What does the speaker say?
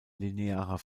linearer